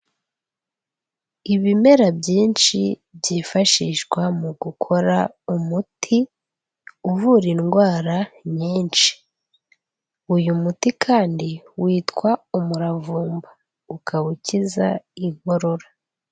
Ibimera byinshi byifashishwa mu gukora umuti uvura indwara nyinshi, uyu muti kandi witwa umuravumba ukaba ukiza inkorora.